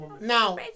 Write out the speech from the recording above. Now